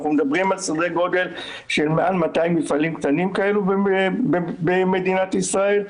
אנחנו מדברים על סדרי גודל של מעל 200 מפעלים קטנים כאלו במדינת ישראל.